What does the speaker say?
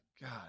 God